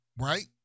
right